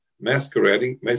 masquerading